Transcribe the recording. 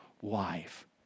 wife